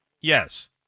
Yes